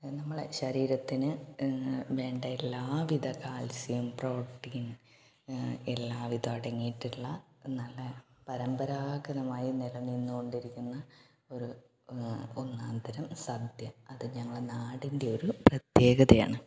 നമ്മളെ ശരീരത്തിന് വേണ്ട എല്ലാവിധ കാൽസ്യം പ്രോട്ടീൻ എല്ലാവിധവും അടങ്ങിയിട്ടുള്ള നല്ല പരമ്പരാഗതമായി നില നിന്നു കൊണ്ടിരിക്കുന്ന ഒരു ഒന്നാന്തരം സദ്യ അത് ഞങ്ങളുടെ നാടിൻ്റെ ഒരു പ്രത്യേകതയാണ്